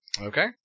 Okay